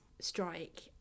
Strike